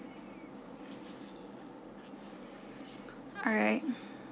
alright